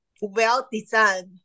well-designed